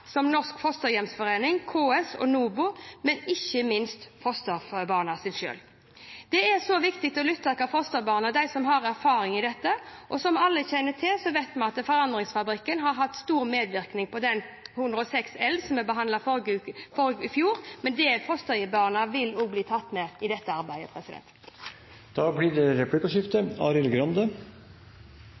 som Norsk Fosterhjemsforening, KS og NOBO – Norsk Barnevernlederorganisasjon – og ikke minst fosterbarna selv. Det er viktig å lytte til fosterbarna, som har erfaring med dette, og som alle vet, har Forandringsfabrikken hatt stor påvirkning på Prop. 106 L for 2012–2013, som vi behandlet i fjor. Fosterbarna vil bli tatt med også i dette arbeidet. Det blir replikkordskifte.